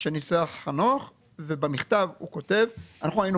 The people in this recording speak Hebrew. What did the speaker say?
שניסח חנוך ובמכתב הוא כותב: אנחנו היינו